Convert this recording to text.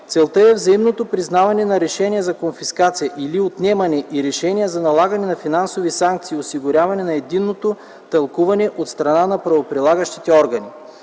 Целта е взаимното признаване на решения за конфискация или отнемане и решения за налагане на финансови санкции и осигуряване на единното тълкуване от страна на правоприлагащите органи.